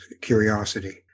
curiosity